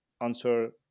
answer